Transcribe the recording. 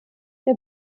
der